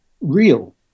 real